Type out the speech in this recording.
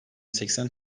seksen